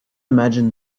imagine